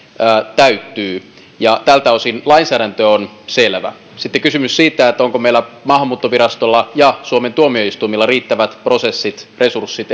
täyttyy ja tältä osin lainsäädäntö on selvä sitten kysymys siitä onko meillä maahanmuuttovirastolla ja suomen tuomioistuimilla riittävät prosessit resurssit